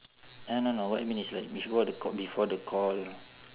uh no no what I mean is like before the call before the call